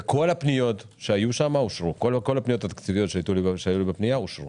וכל הפניות התקציביות שהיו בפנייה, אושרו.